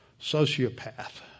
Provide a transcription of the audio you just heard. sociopath